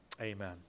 Amen